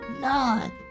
none